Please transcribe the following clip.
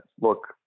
look